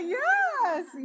yes